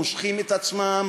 מושכים את עצמם